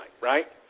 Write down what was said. right